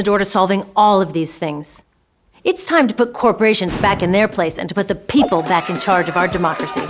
the door to solving all of these things it's time to put corporations back in their place and to put the people back in charge of our democracy